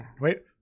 Wait